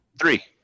three